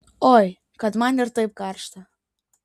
oi kad man ir taip karšta